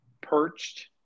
perched